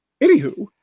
anywho